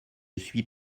suis